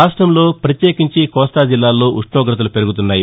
రాష్టంలో పత్యేకించి కోస్తా జిల్లాలో ఉష్ణోగతలు పెరుగుతున్నాయి